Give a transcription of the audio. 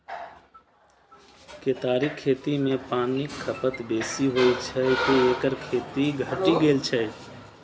केतारीक खेती मे पानिक खपत बेसी होइ छै, तें एकर खेती घटि गेल छै